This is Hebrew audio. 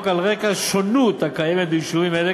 על רקע שונות הקיימת ביישובים אלה,